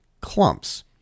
clumps